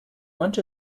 want